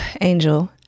Angel